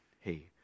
hey